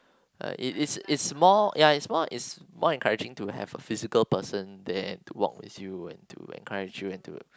uh it is it's more ya it's more it's more encouraging to have a physical person there to walk with you and to encourage you and to